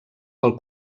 pel